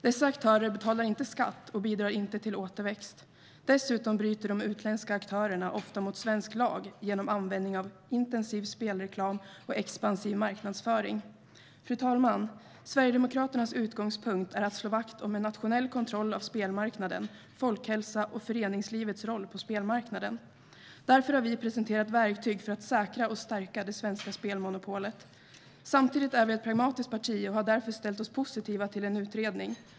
Dessa aktörer betalar inte skatt och bidrar inte till återväxt. Dessutom bryter de utländska aktörerna ofta mot svensk lag genom användning av intensiv spelreklam och expansiv marknadsföring. Fru talman! Sverigedemokraternas utgångspunkt är att slå vakt om en nationell kontroll av spelmarknaden, folkhälsan och föreningslivets roll på spelmarknaden. Därför har vi presenterat verktyg för att säkra och stärka det svenska spelmonopolet. Samtidigt är vi ett pragmatiskt parti och har därför ställt oss positiva till en utredning.